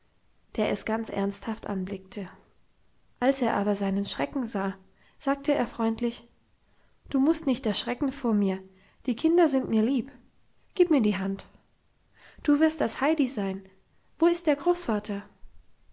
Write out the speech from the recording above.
der es ganz ernsthaft anblickte als er aber seinen schrecken sah sagte er freundlich du musst nicht erschrecken vor mir die kinder sind mir lieb gib mir die hand du wirst das heidi sein wo ist der großvater